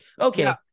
Okay